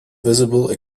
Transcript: visible